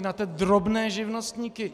Na ty drobné živnostníky.